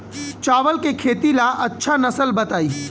चावल के खेती ला अच्छा नस्ल बताई?